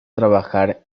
trabajar